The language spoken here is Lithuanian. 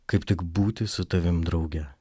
kaip tik būti su tavim drauge